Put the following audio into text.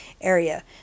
area